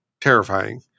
terrifying